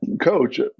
coach